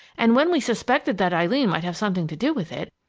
and when we suspected that eileen might have something to do with it,